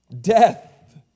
Death